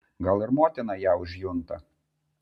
gal ir motina ją užjunta